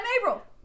April